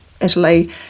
Italy